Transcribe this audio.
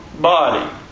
body